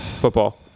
Football